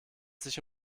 sich